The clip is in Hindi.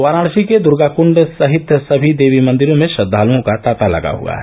वाराणसी के दुर्गाकुण्ड सहित सभी देवी मंदिरों में श्रद्धालुओं का तांता लगा हुआ है